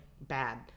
bad